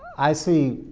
i see,